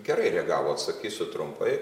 gerai reagavo atsakysiu trumpai